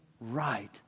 right